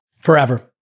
forever